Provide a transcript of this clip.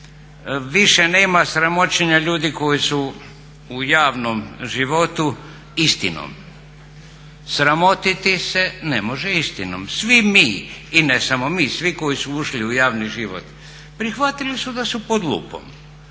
više nema sramoćenja ljudi koji su u javnom životu istinom. Sramotiti se ne može istinom. Svi mi, i ne samo mi, svi koji su ušli u javni život prihvatili su da su pod lupom.